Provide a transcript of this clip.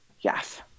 Yes